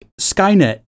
Skynet